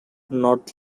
north